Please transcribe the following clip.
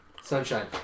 Sunshine